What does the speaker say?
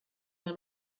man